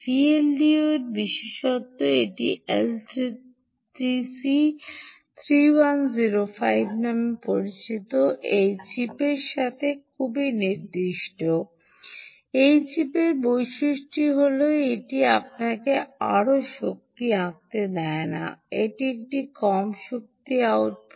Vldo Vldo এর বিশেষত্ব এটি LTC3105 নামে পরিচিত এই চিপের সাথে খুব নির্দিষ্ট এই চিপের বৈশিষ্ট্যটি হল এটি আপনাকে আরও শক্তি আঁকতে দেয় না এটি একটি কম শক্তি আউটপুট